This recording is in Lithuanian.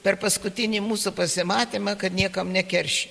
per paskutinį mūsų pasimatymą kad niekam nekeršyti